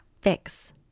fix